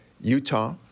Utah